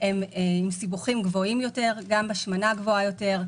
הם עם סיבוכים גבוהים יותר: גם השמנה גבוהה יותר,